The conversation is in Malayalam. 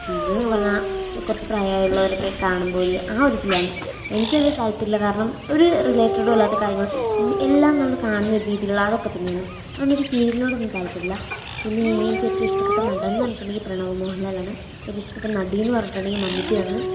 സീരിയൽ എന്നൊക്കെ പറഞ്ഞാൽ കുറച്ച് പ്രായമുള്ളവരൊക്കെ കാണുന്നൊരു ആ ഒരിതിലാണ് എനിക്കതിൽ താല്പര്യം ഇല്ല കാരണം ഒരു റിലേറ്റെഡും അല്ലാത്ത കാര്യങ്ങൾ എല്ലാം നമ്മൾ കാണുന്ന ഒരു രീതിയിലുള്ള അതൊക്കെ തന്നെ ആണ് അതുകൊണ്ട് എനിക്ക് സീരിയലിനോടൊന്നും താല്പര്യമില്ല പിന്നേ എനിക്ക് ഏറ്റവും ഇഷ്ടപ്പെട്ട നടൻ എന്നു പറഞ്ഞിട്ടുണ്ടെങ്കിൽ പ്രണവ് മോഹൻലാലാണ് ഏറ്റവും ഇഷ്ടപ്പെട്ട നടിയെന്നു പറഞ്ഞിട്ടുണ്ടെങ്കിൽ മമിതയാണ്